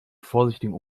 vorsichtigen